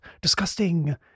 disgusting